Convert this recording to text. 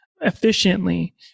efficiently